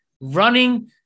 running